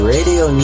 Radio